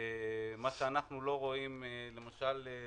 מה שאנחנו לא רואים למשל,